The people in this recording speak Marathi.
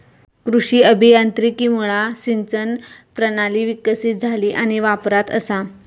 कृषी अभियांत्रिकीमुळा सिंचन प्रणाली विकसीत झाली आणि वापरात असा